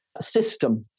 system